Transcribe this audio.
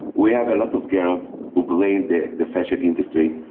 we have a lot of girls who blame the the fashion industry,